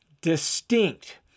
distinct